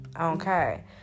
Okay